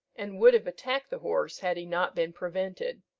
and would have attacked the horse had he not been prevented.